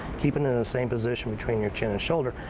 keeping it in the same position between your chin and shoulder.